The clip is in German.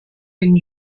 den